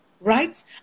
right